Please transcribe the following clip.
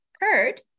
heard